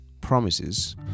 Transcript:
Promises